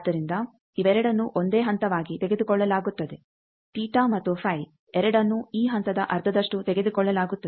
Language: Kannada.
ಆದ್ದರಿಂದ ಇವೆರಡನ್ನು ಒಂದೇ ಹಂತವಾಗಿ ತೆಗೆದುಕೊಳ್ಳಲಾಗುತ್ತದೆ ತೀಟ ಮತ್ತು ಫೈ ಎರಡನ್ನೂ ಈ ಹಂತದ ಅರ್ಧದಷ್ಟು ತೆಗೆದುಕೊಳ್ಳಲಾಗುತ್ತದೆ